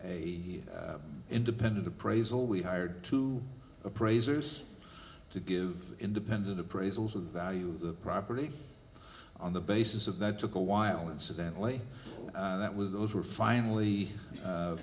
a independent appraisal we hired two appraisers to give independent appraisals of value of the property on the basis of that took a while incidentally that was those were finally